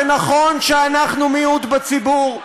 זה נכון שאנחנו מיעוט בציבור,